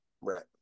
Right